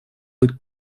быть